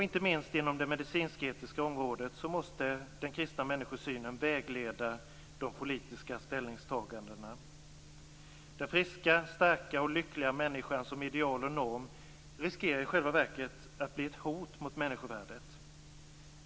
Inte minst inom det medicinsk-etiska området måste den kristna människosynen vara vägledande för de politiska ställningstagandena. Den friska, starka och lyckliga människan som ideal och norm riskerar i själva verket att bli ett hot mot människovärdet.